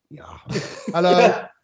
Hello